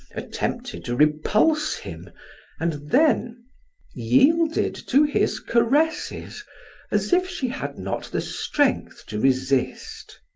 attempted to repulse him and then yielded to his caresses as if she had not the strength to resist.